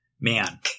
Man